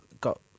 got